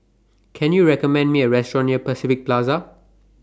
Can YOU recommend Me A Restaurant near Pacific Plaza